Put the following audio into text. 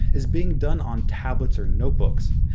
is being done on tablets or notebooks.